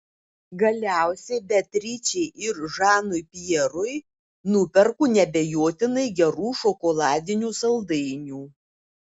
galiausiai beatričei ir žanui pjerui nuperku neabejotinai gerų šokoladinių saldainių